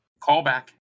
Callback